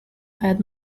had